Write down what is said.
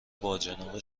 باجناق